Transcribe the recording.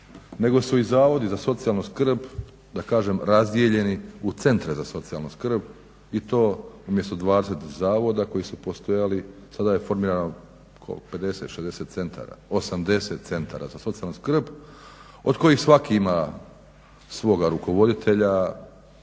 nego su i zavodi za socijalnu skrb, da kažem razdijeljeni u centra za socijalnu skrb i to umjesto 20 zavoda koji su postojali, sada je formirano 50, 60 centara, 80 centara za socijalnu skrb od kojih svaki ima svoga rukovoditelja,